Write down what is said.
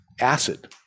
Acid